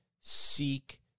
seek